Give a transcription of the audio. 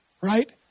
Right